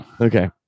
okay